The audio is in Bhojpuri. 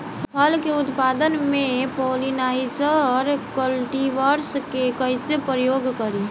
फल के उत्पादन मे पॉलिनाइजर कल्टीवर्स के कइसे प्रयोग करी?